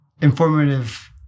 informative